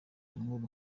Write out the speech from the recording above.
nkuru